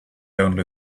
only